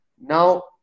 Now